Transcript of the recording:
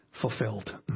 fulfilled